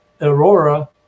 aurora